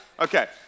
Okay